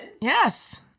Yes